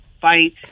fight